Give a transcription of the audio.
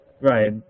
Right